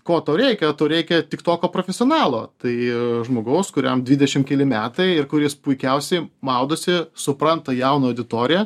ko tau reikia tau reikia tik toko profesionalo tai žmogaus kuriam dvidešim keli metai ir kuris puikiausiai maudosi supranta jauną auditoriją